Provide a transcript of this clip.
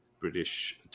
British